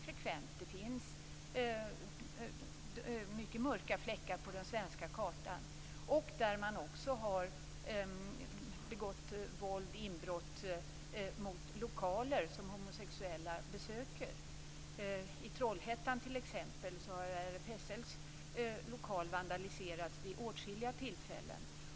Det finns många mörka fläckar på den svenska kartan där man också har begått våldsbrott och gjort inbrott i lokaler som homosexuella besöker. I Trollhättan har t.ex. RFSL:s lokal vandaliserats vid åtskilliga tillfällen.